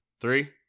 Three